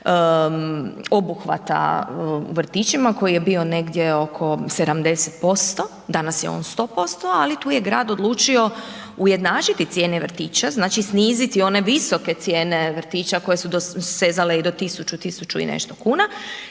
obuhvata u vrtićima koji je bio negdje oko 70%, danas je on 100% ali tu je grad odlučio ujednačiti cijene vrtića, znači sniziti one visoke cijene vrtića koje su sezale i do 1000, 1000 i nešto kuna,